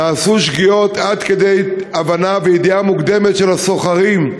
נעשו שגיאות עד כדי הבנה וידיעה מוקדמת של הסוחרים,